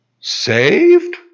Saved